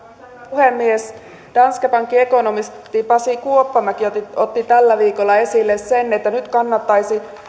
puhemies danske bankin ekonomisti pasi kuoppamäki otti otti tällä viikolla esille sen että nyt kannattaisi